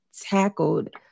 tackled